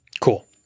Cool